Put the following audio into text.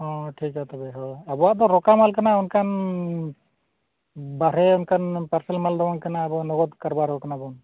ᱦᱮᱸ ᱴᱷᱤᱠ ᱜᱮᱭᱟ ᱴᱷᱤᱠ ᱜᱮᱭᱟ ᱦᱳᱭ ᱟᱵᱚᱣᱟᱜ ᱫᱚ ᱨᱚᱠᱟ ᱢᱟᱞ ᱠᱟᱱᱟ ᱚᱱᱠᱟᱱ ᱵᱟᱦᱨᱮ ᱚᱱᱠᱟᱱ ᱯᱟᱨᱥᱮᱞ ᱢᱟᱞ ᱫᱚ ᱵᱟᱝ ᱠᱟᱱᱟ ᱟᱵᱚ ᱞᱚᱜᱚᱫ ᱠᱟᱨᱵᱟᱨ ᱦᱚᱲ ᱠᱟᱱᱟ ᱵᱚᱱ